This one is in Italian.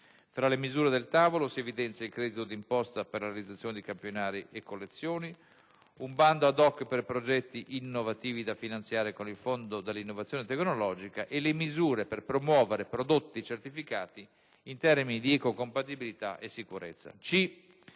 Tra le misure del tavolo si evidenziano il credito d'imposta per la realizzazione di campionari e collezioni; un bando *ad hoc* per progetti innovativi da finanziare con il fondo dell'innovazione tecnologica e le misure per promuovere prodotti certificati in termini di ecocompatibilità e sicurezza.